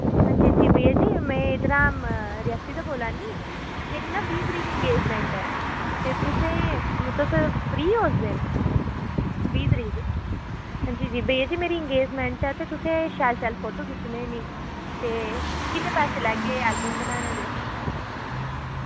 हांजी हांजी भैया जी मैं इद्धरा में रियासी दा बोल्ला नी मेरी ना बीह् तरीक इंगेजमैंट ऐ ते तुसें तुस फ्री ओ उस दिन बीह् तरीक हांजी हांजी भैया जी मेरी इंगेजमैंट ऐ ते तुसें शैल शैल फोटो खिच्चने न ते किन्ने पैसे लैगे ऐल्बम बनाने दे